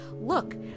Look